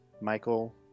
Michael